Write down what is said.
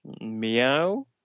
Meow